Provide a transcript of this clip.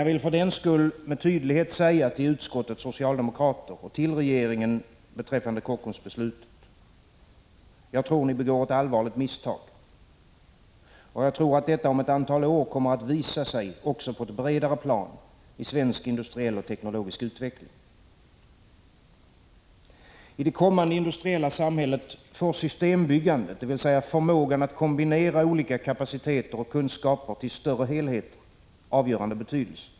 Jag vill för den skull med tydlighet säga till utskottets socialdemokrater och till regeringen beträffande Kockumsbeslutet: Jag tror att ni begår ett allvarligt misstag, och jag tror att detta om ett antal år kommer att visa sig också på ett bredare plan i svensk industriell och teknologisk utveckling. I det kommande industriella samhället får systembyggandet, dvs. förmågan att kombinera olika kapaciteter och kunskaper till större helheter, avgörande betydelse.